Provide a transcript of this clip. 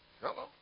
Hello